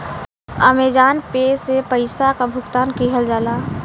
Amazon Pay से पइसा क भुगतान किहल जाला